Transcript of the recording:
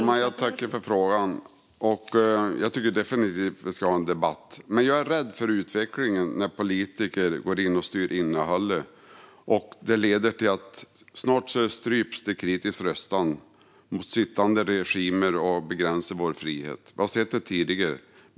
Fru talman! Jag tycker definitivt att vi ska ha en debatt, men jag är rädd för utvecklingen när politiker styr kulturinnehållet. Det leder snart till att kritiska röster mot sittande regimer tystas och vår frihet begränsas. Vi har sett det tidigare.